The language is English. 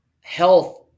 Health